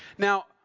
Now